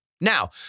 Now